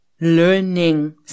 learning